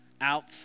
out